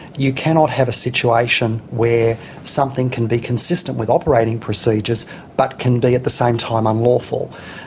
you cannot have a situation where something can be consistent with operating procedures but can be at the same time unlawful.